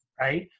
right